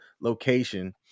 location